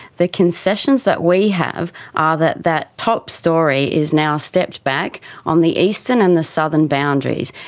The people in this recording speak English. the concessions that we have are that that top story is now stepped back on the eastern and the southern boundaries,